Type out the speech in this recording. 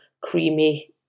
creamy